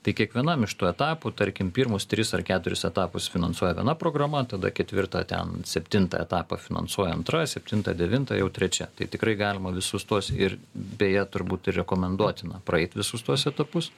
tai kiekvienam iš tų etapų tarkim pirmus tris ar keturis etapus finansuoja viena programa tada ketvirtą ten septintą etapą finansuoja antra septintą devintą jau trečia tai tikrai galima visus tuos ir beje turbūt ir rekomenduotina praeit visus tuos etapus